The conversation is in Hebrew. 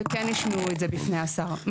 וכן השמיעו את זה בפני השר.